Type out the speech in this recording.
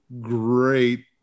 great